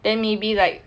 then maybe like